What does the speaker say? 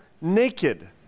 naked